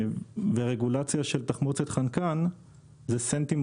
מנגד, רגולציה של תחמוצת חנקן עומדת